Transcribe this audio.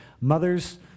mother's